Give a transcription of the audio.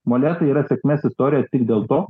molėtai yra sėkmės istorija tik dėl to